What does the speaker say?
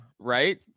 right